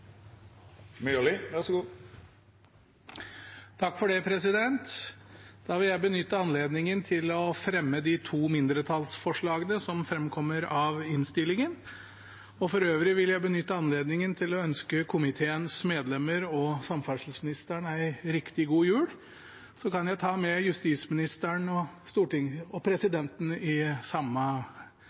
Da vil jeg benytte anledningen til å fremme de to mindretallsforslagene som framkommer av innstillingen. For øvrig vil jeg benytte anledningen til å ønske komiteens medlemmer og samferdselsministeren en riktig god jul. Så kan jeg ta med justisministeren og presidenten i samme